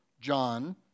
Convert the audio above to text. John